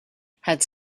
had